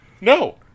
No